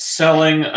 selling